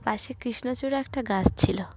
পাশে কৃষ্ণচূড়া একটা গাছ ছিল